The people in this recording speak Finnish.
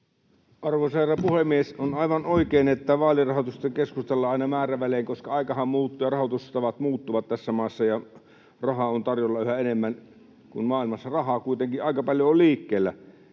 Arvoisa herra puhemies! On aivan oikein, että vaalirahoituksesta keskustellaan aina määrävälein, koska aikahan muuttuu ja rahoitustavat muuttuvat tässä maassa ja rahaa on tarjolla yhä enemmän, kun maailmassa rahaa kuitenkin aika paljon on liikkeellä.